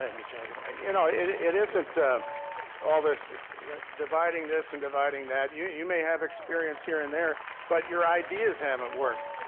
and mr. hagedorn. you know y'know it it isn't ah all this dividing this and dividing that you you may have experience here and there, but your ideas haven't worked.